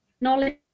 knowledge